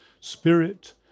spirit